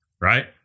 right